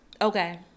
Okay